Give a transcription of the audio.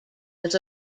was